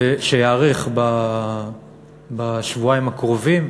הוא ייערך בשבועיים הקרובים,